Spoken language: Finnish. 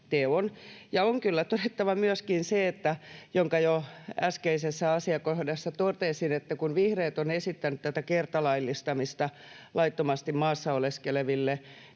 todettava myöskin se, jonka jo äskeisessä asiakohdassa totesin, että kun vihreät on esittänyt tätä kertalaillistamista laittomasti maassa oleskeleville,